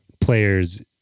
players